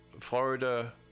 Florida